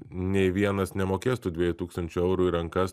nei vienas nemokės tų dviejų tūkstančių eurų į rankas